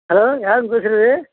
hello யாருங்க பேசுவது